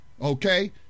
okay